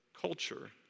culture